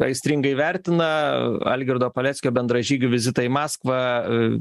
aistringai vertina algirdo paleckio bendražygių vizitą į maskvą